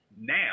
now